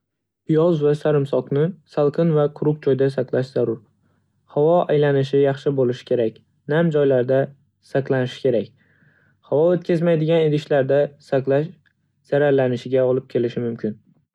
Piyoz va sarimsoqni salqin va quruq joyda saqlash zarur. Havo aylanishi yaxshi bo'lishi kerak, nam joylarda saqlanishi kerak. Havo o'tkazmaydigan idishlarda saqlash zararlanishiga olib kelishi mumkin.